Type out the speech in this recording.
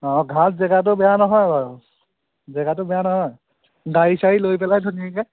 অঁ ঘাট জেগাটো বেয়া নহয় বাৰু জেগাটো বেয়া নহয় গাড়ী চাড়ী লৈ পেলাই ধুনীয়াকৈ